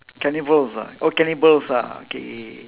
cannibals ah oh cannibals ah okay